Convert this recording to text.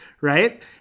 right